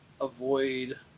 avoid